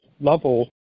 level